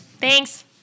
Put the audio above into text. Thanks